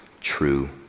true